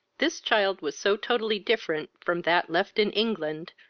this child was so totally different from that left in england,